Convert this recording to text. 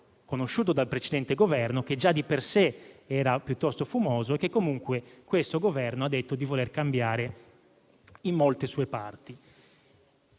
conosciuto dal precedente Governo: già di per sé era piuttosto fumoso e, comunque, questo Governo ha detto di volerlo cambiare in molte sue parti.